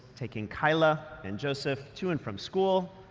taking kyla and joseph to and from school,